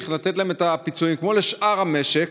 לתת להם את הפיצויים כמו לשאר המשק,